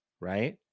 right